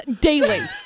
daily